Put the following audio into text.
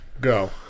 go